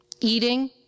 eating